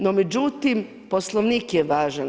No, međutim, Poslovnik je važan.